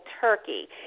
turkey